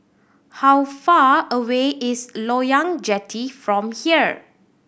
how far away is Loyang Jetty from here